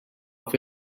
off